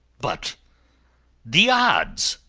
but the odds!